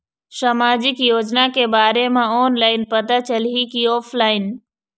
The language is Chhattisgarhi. सामाजिक योजना के बारे मा ऑनलाइन पता चलही की ऑफलाइन?